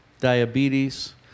diabetes